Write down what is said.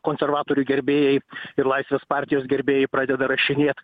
konservatorių gerbėjai ir laisvės partijos gerbėjai pradeda rašinėt